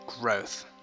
growth